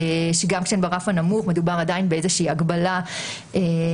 שגם כשהן ברף הנמוך מדובר עדיין באיזושהי הגבלת חירות,